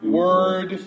word